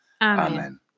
Amen